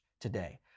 today